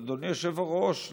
אדוני היושב-ראש,